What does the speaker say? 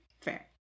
Fair